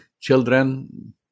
children